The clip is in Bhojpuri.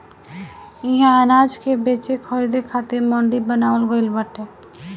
इहा अनाज के बेचे खरीदे खातिर मंडी बनावल गइल बाटे